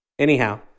Anyhow